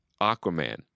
Aquaman